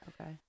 Okay